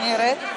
אפשר הודעה אישית?